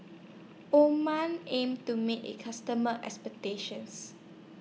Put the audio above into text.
aims to meet its customers' expectations